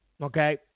okay